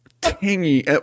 tangy